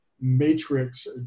matrix